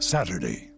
Saturday